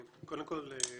קודם כל,